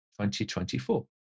2024